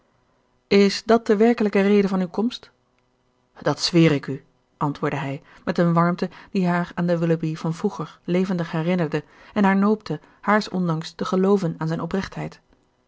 is dat de werkelijke reden van uw komst dat zweer ik u antwoordde hij met een warmte die haar aan den willoughby van vroeger levendig herinnerde en haar noopte haars ondanks te gelooven aan zijn oprechtheid